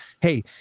Hey